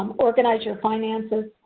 um organize your finances,